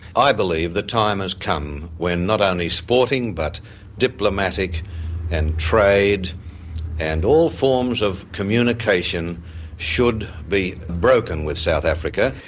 i believe the time has come when not only sporting but diplomatic and trade and all forms of communication should be broken with south africa.